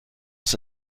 was